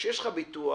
כאשר יש לך ביטוח